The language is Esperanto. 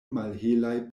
malhelaj